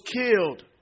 killed